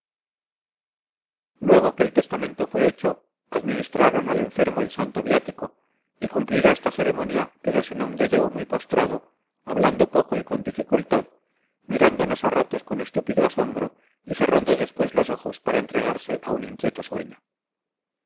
luego que el testamento fue hecho administraron al enfermo el santo viático y cumplida esta ceremonia quedose nomdedeu muy postrado hablando poco y con dificultad mirándonos a ratos con estúpido asombro y cerrando después los ojos para entregarse a un inquieto sueño